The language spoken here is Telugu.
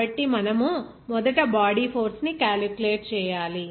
కాబట్టి మనము మొదట బాడీ ఫోర్స్ని క్యాలిక్యులేట్ చేయాలి